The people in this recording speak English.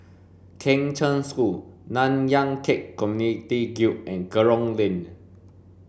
Kheng Cheng School Nanyang Khek Community Guild and Kerong Lane